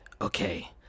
Okay